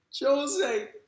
Jose